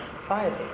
Society